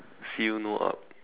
feel no up